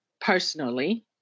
personally